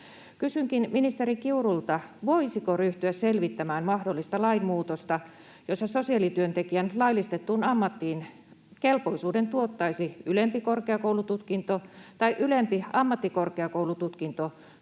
Kysynkin ministeri Kiurulta: voisiko ryhtyä selvittämään mahdollista lainmuutosta, jossa sosiaalityöntekijän laillistettuun ammattiin kelpoisuuden tuottaisi ylempi korkeakoulututkinto tai ylempi ammattikorkeakoulututkinto,